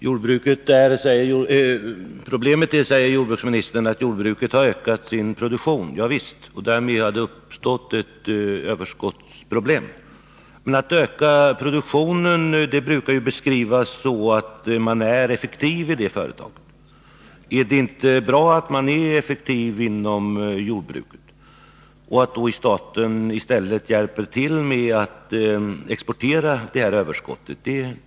Herr talman! Problemet är, säger jordbruksministern, att jordbruket har ökat sin produktion. Ja visst, och därmed har det uppstått överskottsproblem. Men när ett företag ökar produktionen brukar det beskrivas som att företaget är effektivt. Är det inte bra att man är effektiv inom jordbruket och att staten i stället hjälper till att exportera det överskott som uppstår?